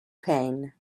pain